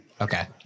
Okay